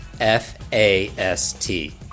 F-A-S-T